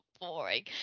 boring